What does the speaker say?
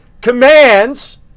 commands